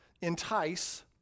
entice